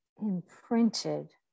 imprinted